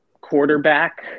quarterback